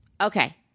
Okay